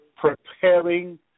preparing